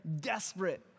desperate